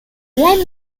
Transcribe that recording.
like